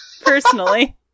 personally